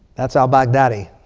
that's al-baghdadi.